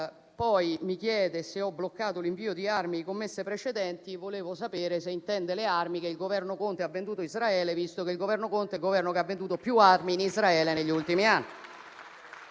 Poi mi chiede se ho bloccato l'invio di armi e commesse precedenti: rispetto a questo volevo sapere se intende le armi che il Governo Conte ha venduto a Israele, visto che il Governo Conte è quello che ha venduto più armi in Israele negli ultimi anni